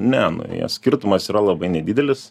ne nu jie skirtumas yra labai nedidelis